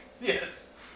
Yes